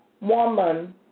woman